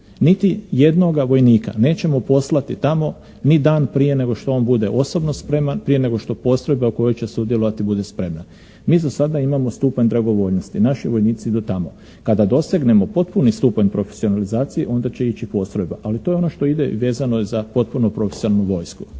Niti jednoga vojnika nećemo poslati tamo ni dan prije nego što on bude osobno spreman, prije nego što postrojba u kojoj će sudjelovati bude spremna. Mi za sada imamo stupanj dragovoljnosti, naši vojnici idu tamo. Kada dosegnemo potpuni stupanj profesionalizacije onda će ići postrojba, ali to je ono što ide vezano je za potpunu profesionalnu vojsku.